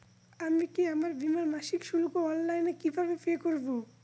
আমি কি আমার বীমার মাসিক শুল্ক অনলাইনে কিভাবে পে করব?